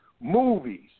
movies